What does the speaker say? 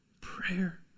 Prayer